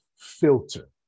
filter